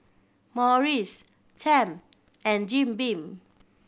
Morries Tempt and Jim Beam